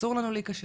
אסור לנו להיכשל.